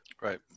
Right